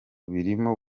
birimo